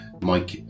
Mike